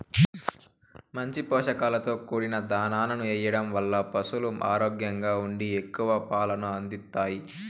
మంచి పోషకాలతో కూడిన దాణాను ఎయ్యడం వల్ల పసులు ఆరోగ్యంగా ఉండి ఎక్కువ పాలను అందిత్తాయి